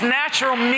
natural